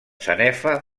sanefa